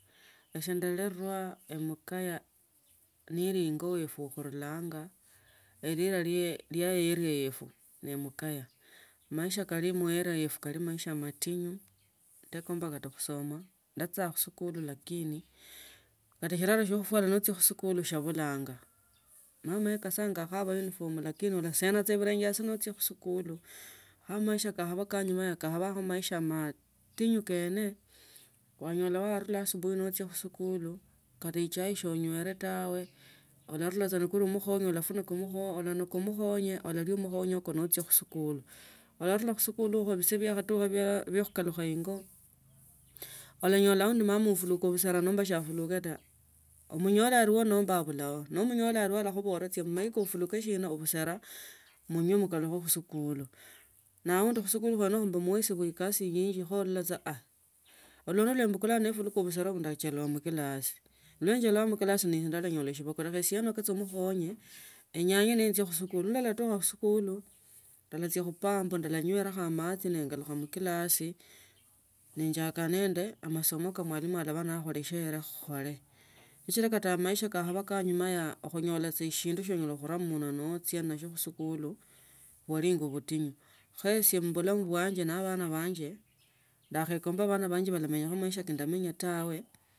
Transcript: Isa ndanulwa emukaya nili ingo oefu khurulanga lerila lwefu ni makaya maisha kali muarea yetu kaba maisha matinyu ndekombanga kusoma ndachichenga khusikuli lakini kata shiralo shia khuefwala khuchia kuli mbulanga mama achichanga yakhaba uniform lakini ushena sa asi nochia khusikuli kho maisha kakhaba kaa inyuma kakhabako maisha matingu matingu kene wanyola warula asubuhi nochia khusikuli kata echayi so nywele tawe alarula na kuli mkhonye ulanoka mkhenyo alalia mkhonye ikwo nochia khusikuli ularula khusikuli ikho biree biakhatucha bya khubalukha ingo olanyolq aundi mama afuniake buera nomba shiafunike taa amunyale alio nomba saa atio ta nomunyola alio alakhubola chi khumaka, ufunike ubusele mnywe mkalukhe khusikuli naundi khandi khusikuli khaikasile ino bakhubola saa olwono. Lembukula nifuniba busela ndachelewa mklasi nenjeleba mklasi ndanyola sibacho lekha esie nokhe saa mkhonye enyange nenjia khusikuli nimba elatucha eskuli ndalachia khupambwa nenywerekoo machi nenjia mclassi nenjaka nende amasomo kaa mwalimj alaba ne akhubeshele khukhole sichila kata amaisha kakhaba ka anyumei ano khunyola saa eshindu shia onyala khuraa mumunwa shia ochia nasyo msikuli bwalingi butinyu khe ise mubulamu bwanje nebana banje ndakhaekomba bana banje bakhamenya maisha be ndaminya tawe.